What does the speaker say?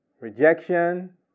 Rejection